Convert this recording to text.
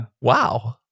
Wow